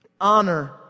Honor